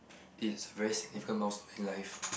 it's a very significant milestone in life